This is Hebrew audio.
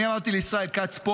אני אמרתי לישראל כץ פה,